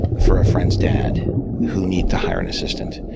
for a friend's dad who needed to hire an assistant.